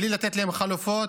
בלי לתת להם חלופות,